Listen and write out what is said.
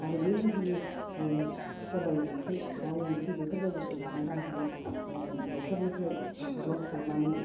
आरो बेबायदिनो सबाइ ओंख्रि दाउ ओंख्रि बिफोरबायदिखौ जानो बानानै न'खरनिफ्राय ब्लद थांनानै